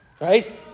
right